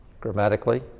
grammatically